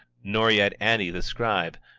nor yet ani the scribe,